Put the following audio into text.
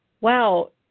wow